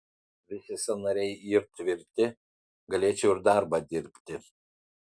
visi sąnariai yr tvirti galėčiau ir darbą dirbti